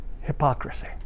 hypocrisy